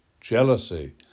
jealousy